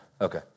Okay